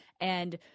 And-